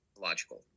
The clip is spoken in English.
logical